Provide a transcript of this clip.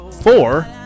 four